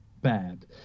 bad